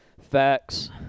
Facts